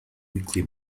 weekly